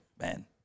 man